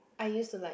I use to like